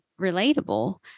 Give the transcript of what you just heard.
relatable